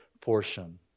portion